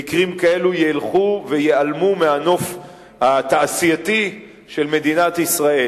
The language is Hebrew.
שמקרים כאלה ילכו וייעלמו מהנוף התעשייתי של מדינת ישראל.